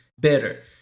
better